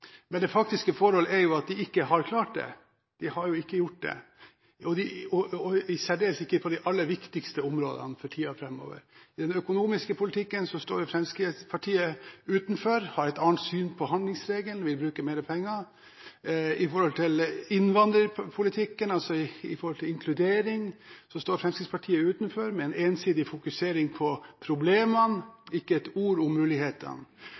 Men det faktiske forhold er jo at de ikke har klart det, de har jo ikke gjort det, i særdeleshet ikke på de aller viktigste områdene for tiden framover. I den økonomiske politikken står jo Fremskrittspartiet utenfor; de har et annet syn på handlingsregelen, de vil bruke mer penger. I forhold til innvandrerpolitikken, altså i forhold til inkludering, står Fremskrittspartiet utenfor med en ensidig fokusering på problemene og ikke et ord om mulighetene.